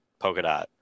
Polkadot